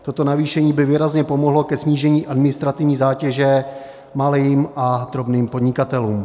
Toto navýšení by výrazně pomohlo ke snížení administrativní zátěže malým a drobným podnikatelům.